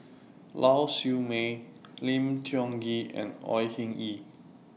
Lau Siew Mei Lim Tiong Ghee and Au Hing Yee